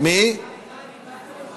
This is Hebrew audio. (קוראת בשמות